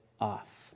off